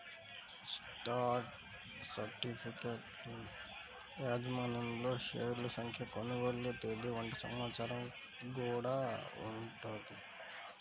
stock సర్టిఫికెట్లలో యాజమాన్యంలోని షేర్ల సంఖ్య, కొనుగోలు తేదీ వంటి సమాచారం గూడా ఉంటది